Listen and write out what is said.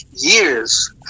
years